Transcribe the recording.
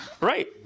right